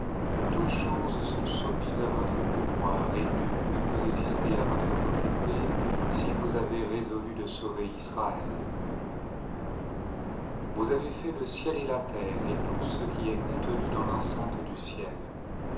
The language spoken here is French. toutes choses sont soumises à votre pouvoir et nul ne peut résister à votre volonté si vous avez résolu de sauver israël vous avez fait le ciel et la terre et tout ce qui e t contenu dans l'enceinte du ciel